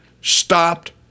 stopped